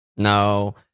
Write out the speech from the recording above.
No